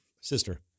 Sister